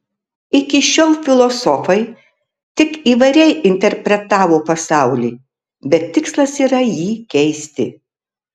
iki šiol filosofai tik įvairiai interpretavo pasaulį bet tikslas yra jį keisti